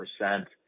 percent